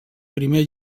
primer